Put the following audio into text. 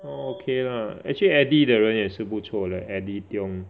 so okay lah actually Eddie 的人也是不错 leh Eddie Tiong